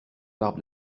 barbe